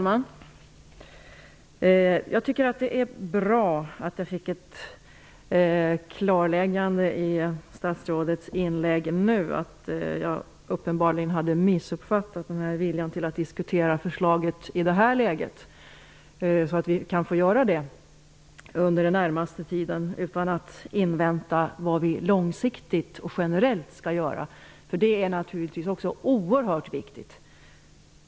Herr talman! Det är bra att jag fick ett klarläggande i statsrådets inlägg nu. Jag hade uppenbarligen missuppfattat viljan till att diskutera förslaget i det här läget. Vi kanske kan få göra det inom den närmaste tiden utan att invänta förslag till vad vi långsiktigt och generellt skall göra -- det är naturligtvis också oerhört viktigt.